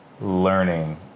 learning